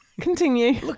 Continue